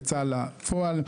יצאה לפועל.